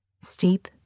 Steep